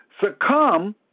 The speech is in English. succumb